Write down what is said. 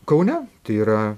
kaune tai yra